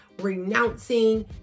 renouncing